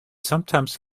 sometimes